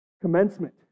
Commencement